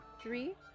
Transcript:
three